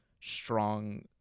strong